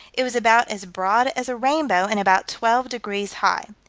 it was about as broad as a rainbow, and about twelve degrees high.